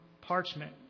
parchment